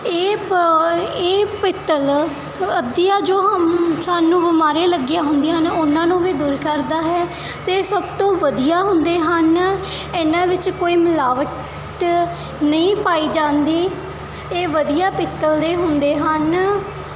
ਇਹ ਪ ਇਹ ਪਿੱਤਲ ਤੋਂ ਅੱਧੀਆਂ ਜੋ ਹਮ ਸਾਨੂੰ ਬਿਮਾਰੀਆਂ ਲੱਗੀਆਂ ਹੁੰਦੀਆਂ ਹਨ ਉਹਨਾਂ ਨੂੰ ਵੀ ਦੂਰ ਕਰਦਾ ਹੈ ਅਤੇ ਸਭ ਤੋਂ ਵਧੀਆ ਹੁੰਦੇ ਹਨ ਇਹਨਾਂ ਵਿੱਚ ਕੋਈ ਮਿਲਾਵਟ ਨਹੀਂ ਪਾਈ ਜਾਂਦੀ ਇਹ ਵਧੀਆ ਪਿੱਤਲ ਦੇ ਹੁੰਦੇ ਹਨ